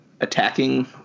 attacking